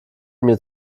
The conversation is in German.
mir